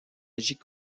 agit